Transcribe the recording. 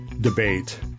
debate